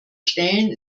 stellen